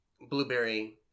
blueberry